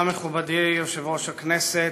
תודה, מכובדי יושב-ראש הכנסת,